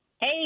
Hey